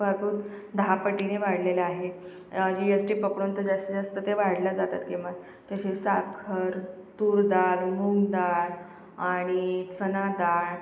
भरपूर दहा पटीने वाढलेल्या आहे जी एस टी पकडून तर जास्तीतजास्त ते वाढल्या जातात किंमत तशीच साखर तूर डाळ मूंग डाळ आणि चना डाळ